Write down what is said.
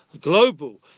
global